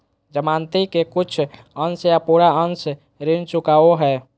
जमानती के कुछ अंश या पूरा अंश ऋण चुकावो हय